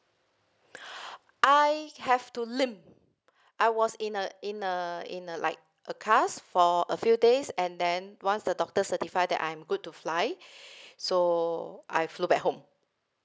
I have to limp I was in a in a in a like a cast for a few days and then once the doctor certify that I'm good to fly so I flew back home